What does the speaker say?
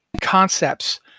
concepts